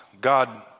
God